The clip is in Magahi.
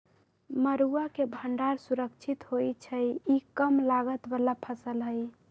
मरुआ के भण्डार सुरक्षित होइ छइ इ कम लागत बला फ़सल हइ